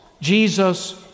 Jesus